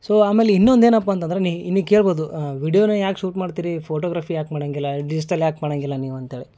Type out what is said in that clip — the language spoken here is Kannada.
ಸೋ ಆಮೇಲೆ ಇನ್ನೊಂದು ಏನಪ್ಪಂತಂದ್ರೆ ನೀ ನೀ ಕೇಳ್ಬೋದು ವಿಡಿಯೋನೇ ಯಾಕೆ ಶೂಟ್ ಮಾಡ್ತೀರಿ ಫೋಟೋಗ್ರಾಫಿ ಯಾಕೆ ಮಾಡೋಂಗಿಲ್ಲ ಡಿಜ್ಟಲ್ ಯಾಕೆ ಮಾಡೋಂಗಿಲ್ಲ ನೀವು ಅಂತ ಹೇಳಿ